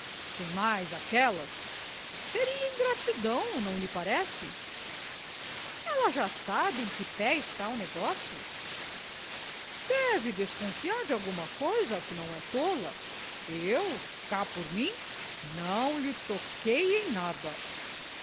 sem mais aquelas seria ingratidão não lhe parece ela já sabe em que pé está o negócio deve desconfiar de alguma coisa que não é tola eu cá por mim não lhe toquei em nada